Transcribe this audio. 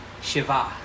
Shiva